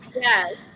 Yes